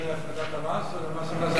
מהפחתת המס או ממס הכנסה שלילי?